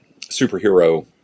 superhero